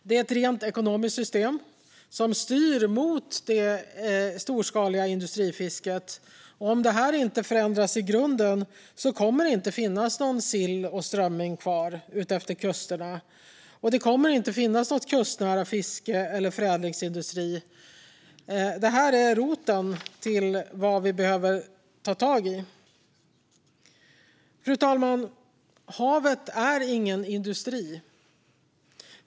Det är ett rent ekonomiskt system som styr mot det storskaliga industrifisket. Om detta inte förändras i grunden kommer det inte att finnas någon sill eller strömming kvar utefter kusterna. Det kommer heller inte att finnas något kustnära fiske eller någon förädlingsindustri. Detta är roten till vad vi behöver ta tag i. Fru talman! Havet är ingen industri.